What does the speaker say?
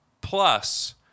Plus